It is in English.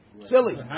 silly